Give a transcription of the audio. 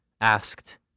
asked